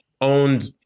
owned